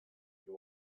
you